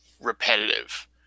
repetitive